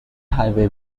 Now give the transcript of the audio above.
highway